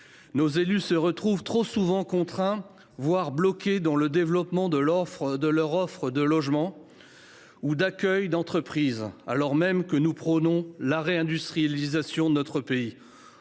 Nos élus se retrouvent trop souvent contraints, voire bloqués dans le développement de leur offre de logements ou d’accueil d’entreprises, alors même que nous prônons la réindustrialisation de notre pays